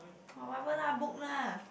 oh whatever lah book lah